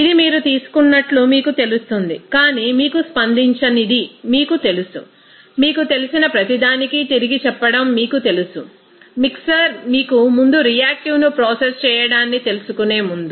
ఇది మీరు తీసుకున్నట్లు మీకు తెలుస్తుంది కానీ మీకు స్పందించనిది మీకు తెలుసు మీకు తెలిసిన ప్రతిదానికీ తిరిగి చెప్పడం మీకు తెలుసు మిక్సర్ మీకు ముందు రియాక్టివ్ను ప్రాసెస్ చేయడాన్ని తెలుసుకునే ముందు